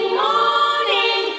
morning